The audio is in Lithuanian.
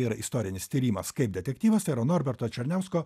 yra istorinis tyrimas kaip detektyvas tai yra norberto černiausko